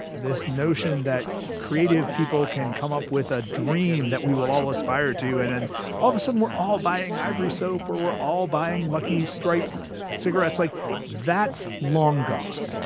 this notion that creative people can come up with a dream that we will all aspire to and and all of a sudden we're all buying ivory soap or we're all buying lucky strike cigarettes like that's long gone. and